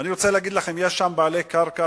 אני רוצה להגיד לכם, יש שם בעלי קרקע